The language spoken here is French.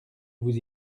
vous